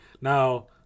Now